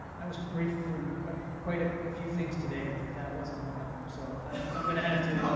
i was briefed from ah quite ah a few things today but that wasn't one of them. so i'm going to have to